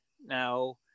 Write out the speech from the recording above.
Now